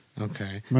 Okay